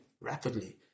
rapidly